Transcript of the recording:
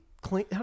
clean